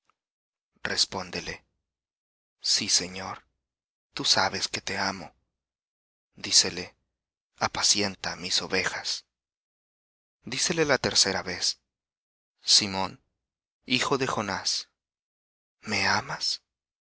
respóndele sí señor tú sabes que te amo dícele apacienta mis ovejas dícele la tercera vez simón de jonás me amas